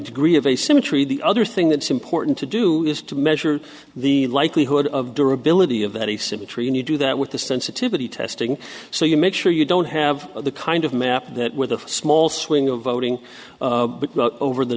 degree of asymmetry the other thing that's important to do is to measure the likelihood of durability of any symmetry and you do that with the sensitivity testing so you make sure you don't have the kind of map that with a small swing of voting over the